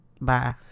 Bye